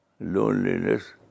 loneliness